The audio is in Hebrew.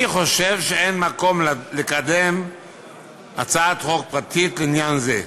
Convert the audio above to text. אני חושב שאין מקום לקדם הצעת חוק פרטית לעניין זה.